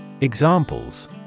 Examples